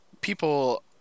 people